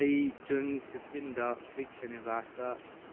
ꯑꯩ ꯖꯨꯟ ꯐꯤꯞꯇꯤꯟꯗ ꯕꯤꯛ ꯁꯤꯅꯦꯃꯥꯁꯇ